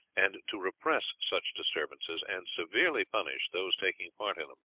and to repress such disturbances, and severely punish those taking part in them.